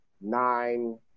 nine